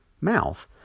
mouth